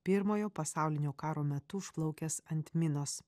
pirmojo pasaulinio karo metu užplaukęs ant minos